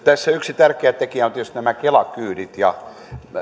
tässä yksi tärkeä tekijä on tietysti nämä kela kyydit ja